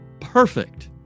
perfect